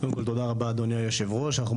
אז קודם כל תודה רבה אדוני יושב הראש,